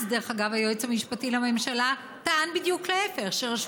אז, אגב, היועץ המשפטי לממשלה טען בדיוק להפך, ורק